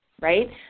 right